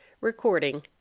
Recording